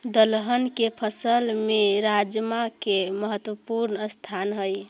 दलहन के फसल में राजमा के महत्वपूर्ण स्थान हइ